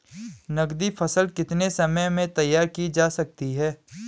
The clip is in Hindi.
नगदी फसल कितने समय में तैयार की जा सकती है?